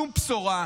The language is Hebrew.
שום בשורה,